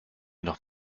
noch